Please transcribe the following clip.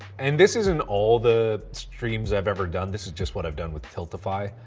and this isn't all the streams i've ever done. this is just what i've done with tiltify.